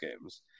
games